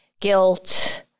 guilt